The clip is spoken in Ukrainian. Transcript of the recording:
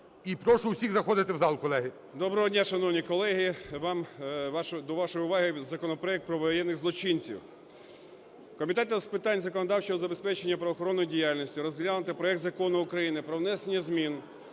І прошу усіх заходити в зал, колеги. 10:59:16 КОЖЕМ’ЯКІН А.А. Доброго дня, шановні колеги. Вам, до вашої уваги законопроект про воєнних злочинців. Комітет з питань законодавчого забезпечення правоохоронної діяльності розглянув проект Закону України про внесення змін